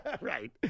Right